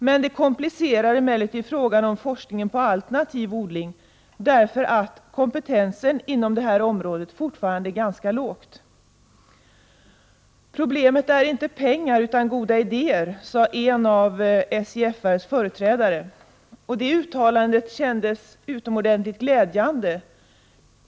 Detta komplicerar emellertid frågan om forskning rörande alternativ odling därför att kompetensen inom området fortfarande är ganska låg. Problemet är inte pengar utan goda idéer, sade en av SJFR:s företrädare. Detta uttalande tycker jag är utomordentligt glädjande.